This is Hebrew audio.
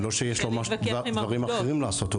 לא שיש לו דברים אחרים לעשות.